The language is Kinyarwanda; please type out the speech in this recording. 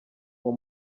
uwo